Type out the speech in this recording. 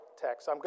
text